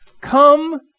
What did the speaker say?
Come